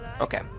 okay